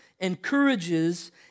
encourages